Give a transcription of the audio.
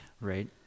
right